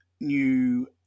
new